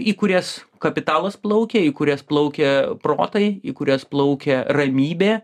į kurias kapitalas plaukia į kurias plaukia protai į kurias plaukia ramybė